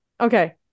okay